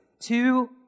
Two